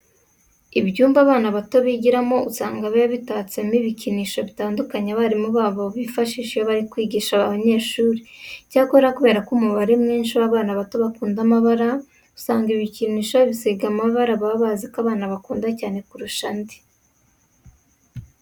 Ibyumba abana bato bigiramo usanga biba bitatsemo ibikinisho bitandukanye abarimu babo bifashisha iyo bari kwigisha aba banyeshuri. Icyakora kubera ko umubare mwinshi w'abana bato bakunda amabara, usanga ibi bikinisho babisiga amabara baba bazi ko abana bakunda cyane kurusha andi.